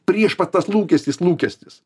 prieš pat tas lūkestis lūkestis